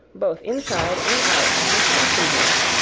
both inside and out, with passengers,